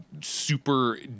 super